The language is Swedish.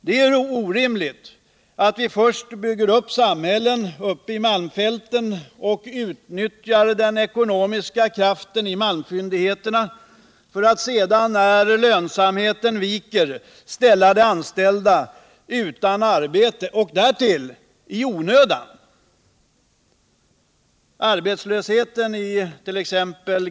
Det är orimligt att vi först bygger upp samhällen uppe i malmfälten och utnyttjar den ekonomiska kraften i malmfyndigheterna för att sedan, när lönsamheten viker, ställa de anställda utan arbete och därtill i onödan. 3 Arbetslösheten it.ex.